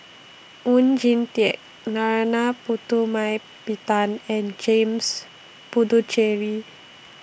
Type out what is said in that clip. Oon Jin Teik Narana Putumaippittan and James Puthucheary